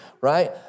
right